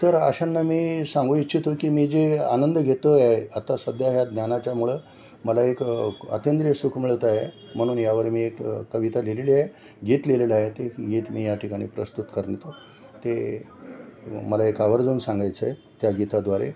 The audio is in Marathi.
तर अशांना मी सांगू इच्छितो की मी जे आनंद घेतो आहे आता सध्या ह्या ज्ञानाच्यामुळं मला एक अतिंद्रिय सुख मिळत आहे म्हणून यावर मी एक कविता लिहिलेली आहे गीत लिहिलेलं आहे ते गीत मी या ठिकाणी प्रस्तुत करतो ते मला एक आवर्जून सांगायचं आहे त्या गीताद्वारे